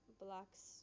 blocks